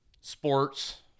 Sports